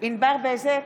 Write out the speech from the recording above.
ענבר בזק,